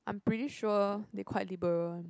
I'm pretty sure they quite liberal one